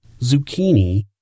zucchini